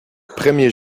premier